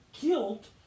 guilt